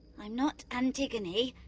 i'm not antigone.